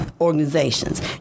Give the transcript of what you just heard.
organizations